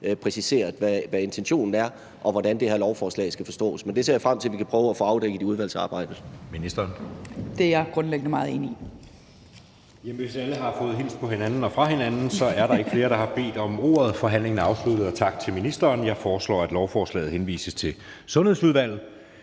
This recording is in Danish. præciseret, hvad intentionen er, og hvordan det her lovforslag skal forstås. Det ser jeg frem til at vi kan prøve at få afdækket i udvalgsarbejdet.